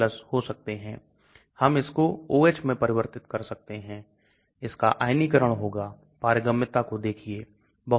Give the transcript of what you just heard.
बेशक यह पारगम्यता को प्रभावित कर सकता है हम इसके बारे में बात नहीं कर रहे हैं लेकिन हम सिर्फ घुलनशीलता को देख रहे हैं